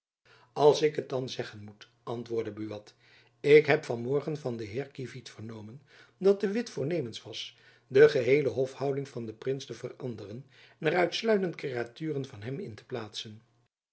als ik het dan zeggen moet antwoordde buat ik heb van morgen van den heer kievit vernomen dat de witt voornemens was de geheele hofhouding van den prins te veranderen en er uitsluitend kreaturen van hem in te plaatsen